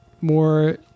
more